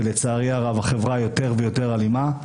ולצערי הרב החברה יותר ויותר אלימה.